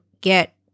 get